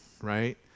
Right